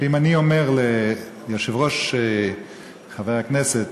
שאם אני אומר פה ליושב-ראש חבר הכנסת